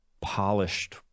polished